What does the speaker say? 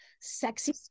sexy